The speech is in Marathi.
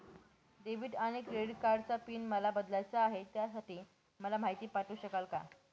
डेबिट आणि क्रेडिट कार्डचा पिन मला बदलायचा आहे, त्यासाठी मला माहिती पाठवू शकाल का?